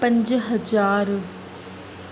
पंज हज़ार